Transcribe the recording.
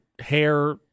hair